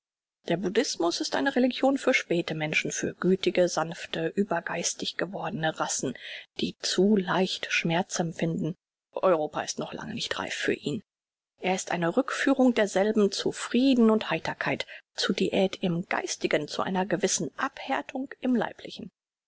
der buddhismus ist eine religion für späte menschen für gütige sanfte übergeistig gewordne rassen die zu leicht schmerz empfinden europa ist noch lange nicht reif für ihn er ist eine rückführung derselben zu frieden und heiterkeit zur diät im geistigen zu einer gewissen abhärtung im leiblichen